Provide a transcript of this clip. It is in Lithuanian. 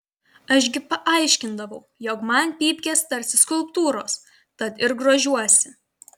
aš gi paaiškindavau jog man pypkės tarsi skulptūros tad ir grožiuosi